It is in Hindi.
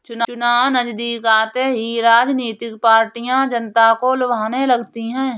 चुनाव नजदीक आते ही राजनीतिक पार्टियां जनता को लुभाने लगती है